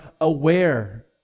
aware